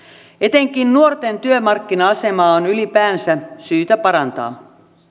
etenkin nuorten työmarkkina asemaa on ylipäänsä syytä parantaa